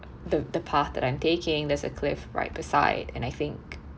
the the path that I'm taking there's a cliff right beside and I think